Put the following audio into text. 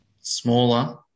Smaller